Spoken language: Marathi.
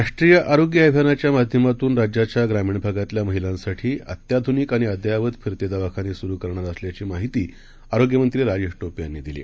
राष्ट्रीय आरोग्य अभियानाच्या माध्यमातून राज्याच्या ग्रामीण भागातल्या महिलांसाठी अत्याधूनिक आणि अद्ययावत फिरते दवाखाने सुरू करणार असल्याची माहिती आरोग्यमंत्री राजेश टोपे यांनी दिली